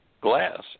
glass